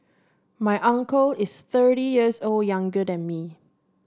my uncle is thirty years old younger than me